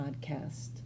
Podcast